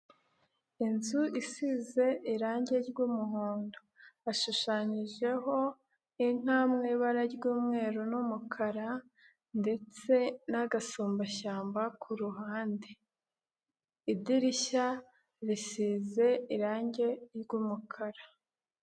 Inzu isize irangi ry'umuhondo, hashushanyijeho inka mu ibara ry'umweru n'umukara ndetse n'agasumbashyamba ku ruhande, idirishya risize irangi ry'umukara.